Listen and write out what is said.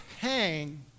hang